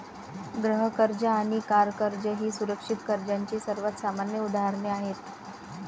गृह कर्ज आणि कार कर्ज ही सुरक्षित कर्जाची सर्वात सामान्य उदाहरणे आहेत